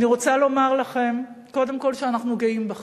ואני רוצה לומר לכם קודם כול שאנחנו גאים בכם.